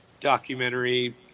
documentary